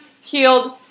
healed